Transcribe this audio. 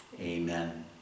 Amen